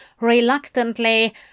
Reluctantly